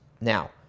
Now